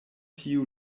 tiu